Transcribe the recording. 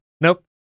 Nope